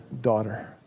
daughter